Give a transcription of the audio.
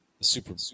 Super